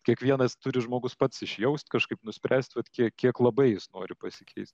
kiekvienas turi žmogus pats išjaust kažkaip nuspręst vat kiek kiek labai jis nori pasikeist